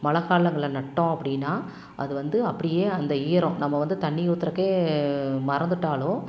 மழை காலங்களில் நட்டோம் அப்படினா அது வந்து அப்படியே அந்த ஈரம் நம்ப வந்து தண்ணி ஊற்றுறக்கே மறந்துவிட்டாலும்